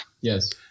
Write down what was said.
Yes